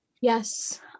Yes